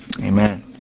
Amen